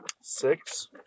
Six